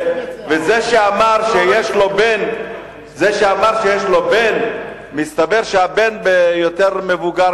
זה שאמר שיש לו בן, מסתבר שהבן יותר מבוגר